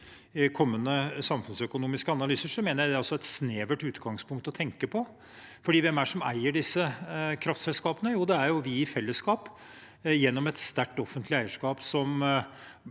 i kommende samfunnsøkonomiske analyser – mener jeg det også er et snevert utgangspunkt å tenke ut fra, for hvem er det som eier disse kraftselskapene? Jo, det er vi i fellesskap, gjennom et sterkt offentlig eierskap som